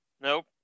Nope